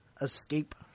Escape